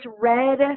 red